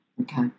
Okay